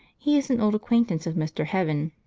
he is an old acquaintance of mr. heaven,